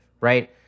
Right